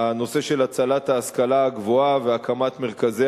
הנושא של הצלת ההשכלה הגבוהה והקמת מרכזי